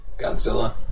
Godzilla